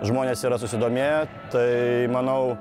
žmonės yra susidomėję tai manau